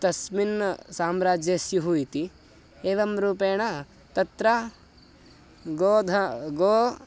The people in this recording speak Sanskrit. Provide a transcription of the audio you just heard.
तस्मिन् साम्राज्ये स्युः इति एवं रूपेण तत्र गोध गो